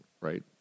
right